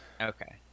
Okay